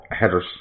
headers